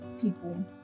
people